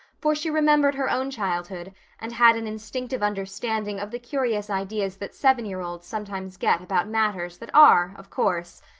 for she remembered her own childhood and had an instinctive understanding of the curious ideas that seven-year-olds sometimes get about matters that are, of course,